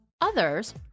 Others